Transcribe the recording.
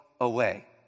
away